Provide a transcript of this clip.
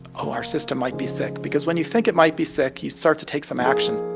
oh, our system might be sick because when you think it might be sick, you start to take some action